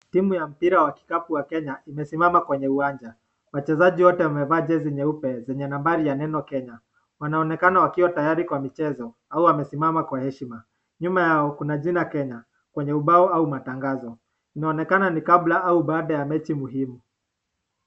Timu ya mpira wa kikapu wa Kenya, imesimama kwenye uwanja. Wachezaji wote wamevaa jezi nyeupe, zenye nambari ya neno Kenya. Wanaonekana wakiwa tayari kwa michezi au wamesimama kwa hesima. Nyuma yao kuna jina Kenya, kwenye ubao au matangazo. Inaonekana ni kabla au baada ya mechi muhimu.